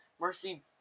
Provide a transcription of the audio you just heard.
Mercy